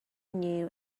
new